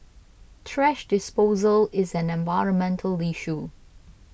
thrash disposal is an environmental issue